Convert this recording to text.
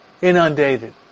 inundated